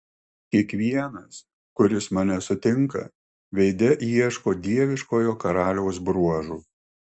kiekvienas kuris mane sutinka veide ieško dieviškojo karaliaus bruožų